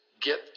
get